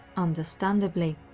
understandably,